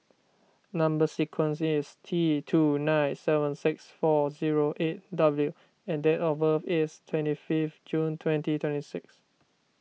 Number Sequence is T two nine seven six four zero eight W and date of birth is twenty fifth June twenty twenty six